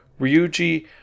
Ryuji